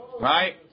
right